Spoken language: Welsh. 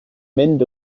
mynd